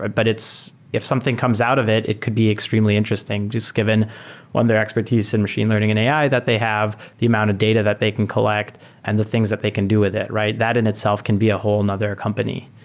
ah but if something comes out of it, it could be extremely interesting just given on their expertise in machine learning and ai that they have, the amount of data that they can collect and the things that they can do with it. that in itself can be a whole another company.